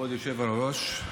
כבוד היושב-ראש,